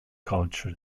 culture